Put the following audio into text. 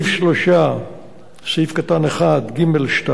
בסעיף 5(1)(ג)(2),